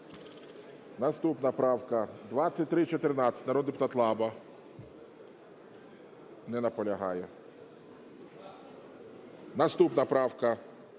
Наступна правка – 2314, народний депутат Лаба. Не наполягає. Наступна правка